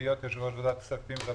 לעבודה.